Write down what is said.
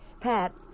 Pat